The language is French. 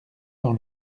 dans